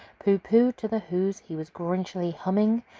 pooh-pooh to the whos! he was grinchily humming.